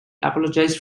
apologized